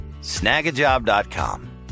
snagajob.com